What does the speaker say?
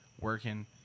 working